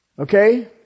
Okay